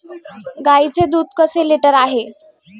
गाईचे दूध कसे लिटर आहे?